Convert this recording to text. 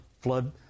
flood